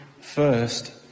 first